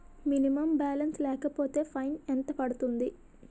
Minimum balance లేకపోతే fine ఎంత పడుతుంది?